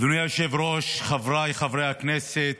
אדוני היושב-ראש, חבריי חברי הכנסת,